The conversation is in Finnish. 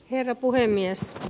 herra puhemies